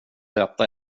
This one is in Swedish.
detta